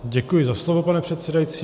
Děkuji za slovo, pane předsedající.